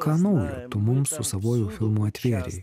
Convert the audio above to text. ką naujo tu mums su savuoju filmu atvėrei